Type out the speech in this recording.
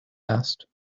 asked